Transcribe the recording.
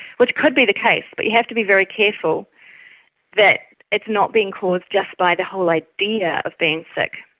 which could be the case, but you have to be very careful that it's not being caused just by the whole idea of being sick.